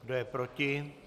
Kdo je proti?